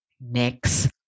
next